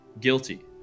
guilty